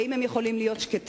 האם הם יכולים להיות שקטים?